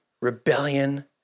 rebellion